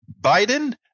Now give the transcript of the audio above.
Biden